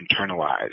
internalized